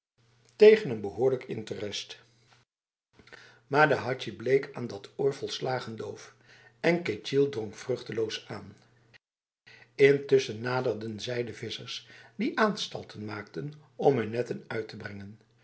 tegen behoorlijke interest maar de hadji bleek aan dat oor volslagen doof en ketjil drong vruchteloos aan intussen naderden zij de vissers die aanstalten maakten om hun netten uit te brengen